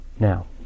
Now